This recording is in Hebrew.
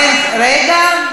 רגע,